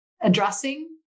addressing